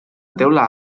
teula